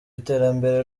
iterambere